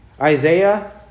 Isaiah